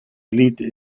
lead